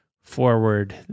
forward